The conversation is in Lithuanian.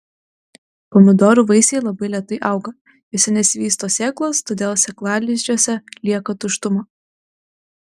pomidorų vaisiai labai lėtai auga juose nesivysto sėklos todėl sėklalizdžiuose lieka tuštuma